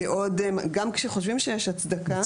כי גם כחושבים שיש הצדקה,